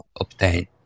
obtain